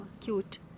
Cute